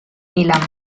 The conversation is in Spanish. milán